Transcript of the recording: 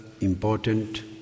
important